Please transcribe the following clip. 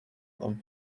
them